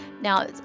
now